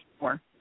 more